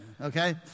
okay